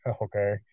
okay